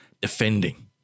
defending